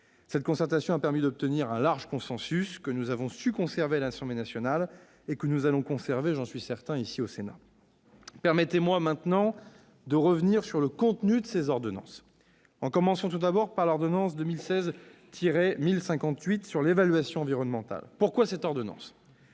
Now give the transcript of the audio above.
Cette concertation a permis d'obtenir un large consensus, que nous avons su conserver à l'Assemblée nationale et que nous allons conserver, j'en suis certain, au Sénat. Permettez-moi maintenant de revenir sur le contenu de ces ordonnances, en commençant, tout d'abord, par l'ordonnance n° 2016-1058 sur l'évaluation environnementale. Pourquoi cette ordonnance ?